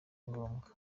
ngombwa